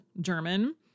German